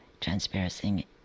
Transparency